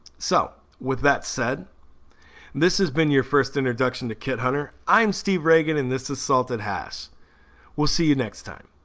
so with that said this has been your first introduction to kit hunter. i'm steve regan and this assault it has we'll see you next time.